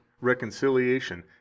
reconciliation